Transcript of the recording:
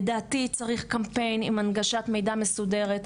לדעתי צריך קמפיין עם הנגשת מידע מסודרת,